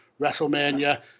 WrestleMania